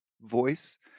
voice